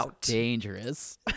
dangerous